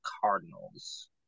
Cardinals